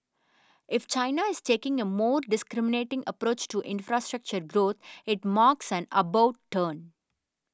if China is taking a more discriminating approach to infrastructure growth it marks an about turn